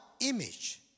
image